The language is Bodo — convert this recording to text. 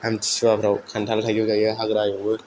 आमथिसुवाफ्राव खान्थाल थाइजौ जायो हाग्रा एवो